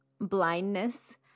blindness